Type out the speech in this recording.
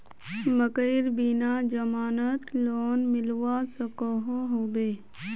मकईर बिना जमानत लोन मिलवा सकोहो होबे?